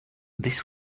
this